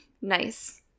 Nice